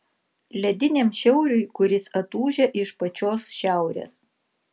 lediniam šiauriui kuris atūžia iš pačios šiaurės